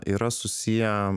yra susiję